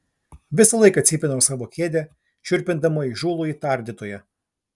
visą laiką cypinau savo kėdę šiurpindama įžūlųjį tardytoją